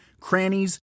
crannies